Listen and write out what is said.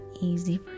easy